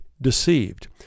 deceived